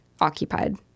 occupied